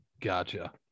gotcha